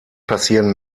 passieren